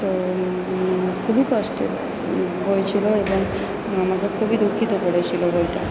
তো খুবই কষ্ট হয়েছিলো এবং আমাকে খুবই দুঃখিত করেছিলো বইটা